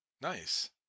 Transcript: Nice